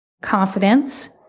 confidence